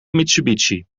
mitsubishi